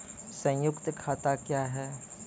संयुक्त खाता क्या हैं?